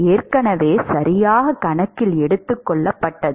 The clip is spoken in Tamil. ஏற்கனவே சரியாக கணக்கில் எடுத்துக்கொள்ளப்பட்டது